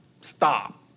stop